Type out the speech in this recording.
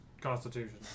Constitution